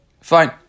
Fine